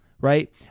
right